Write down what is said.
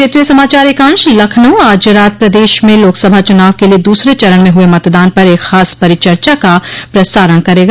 क्षेत्रीय समाचार एकांश लखनऊ आज रात प्रदेश में लोकसभा चुनाव के लिये दूसरे चरण में हुये मतदान पर एक खास परिचर्चा का प्रसारण करेगा